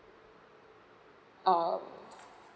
uh